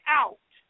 out